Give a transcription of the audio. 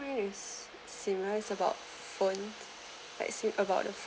mine is similar about phone like si~ about the